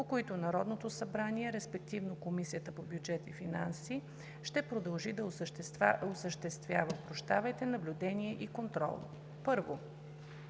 по които Народното събрание, респективно Комисията по бюджет и финанси, ще продължи да осъществява наблюдение и контрол: 1.